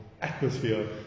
atmosphere